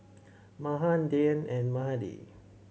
Mahan Dhyan and Mahade